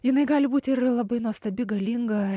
jinai gali būti ir labai nuostabi galinga